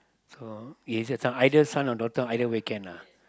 so is either son or daughter either way can lah